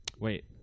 Wait